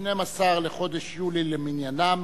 12 בחודש יולי למניינם.